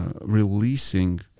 releasing